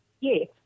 yes